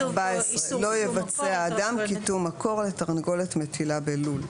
לא יבצע אדם קיטום מקור לתרנגולת מטילה בלול.